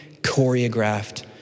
choreographed